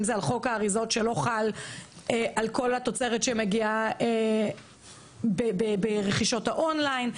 אם זה על חוק האריזות שלא חל על כל התוצרת שמגיעה ברכישות האון ליין.